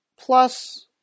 plus